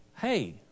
hey